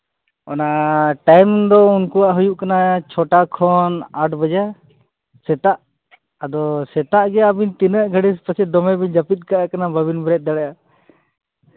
ᱚᱱᱟ ᱴᱟᱭᱤᱢ ᱫᱚ ᱩᱱᱠᱩᱣᱟᱜ ᱦᱩᱭᱩᱜ ᱠᱟᱱᱟ ᱪᱷᱚᱴᱟ ᱠᱷᱚᱱ ᱟᱴ ᱵᱟᱡᱮ ᱥᱮᱛᱟᱜ ᱟᱫᱚ ᱥᱮᱛᱟᱜ ᱜᱮ ᱟᱹᱵᱤᱱ ᱛᱤᱱᱟᱹᱜ ᱜᱷᱟᱹᱲᱤᱡ ᱯᱟᱥᱮᱡ ᱫᱚᱢᱮ ᱜᱷᱟᱹᱲᱤᱡ ᱵᱤᱱ ᱡᱟᱹᱯᱤᱫ ᱠᱟᱜ ᱠᱟᱱᱟ ᱵᱟᱹᱵᱤᱱ ᱵᱮᱨᱮᱫ ᱫᱟᱲᱮᱭᱟᱜ